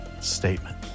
statement